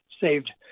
saved